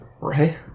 Right